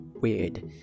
weird